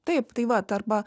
taip tai vat arba